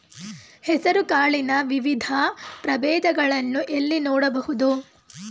ಹೆಸರು ಕಾಳಿನ ವಿವಿಧ ಪ್ರಭೇದಗಳನ್ನು ಎಲ್ಲಿ ನೋಡಬಹುದು?